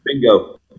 Bingo